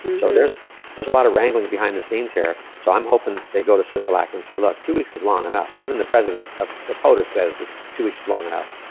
and so there's there's a lot of wrangling behind the scenes here, so i'm hoping they go to sisolak and say, look, two weeks is long enough. even the president of, the potus says two weeks is long enough.